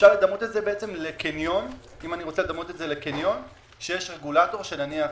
אפשר לדמות את זה לקניון שיש רגולטור שנותן